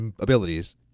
abilities